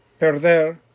perder